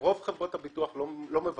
רוב חברות הביטוח לא מבטחות,